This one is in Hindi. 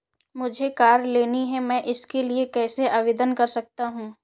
मुझे कार लेनी है मैं इसके लिए कैसे आवेदन कर सकता हूँ?